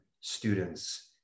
students